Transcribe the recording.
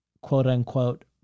quote-unquote